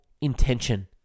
Intention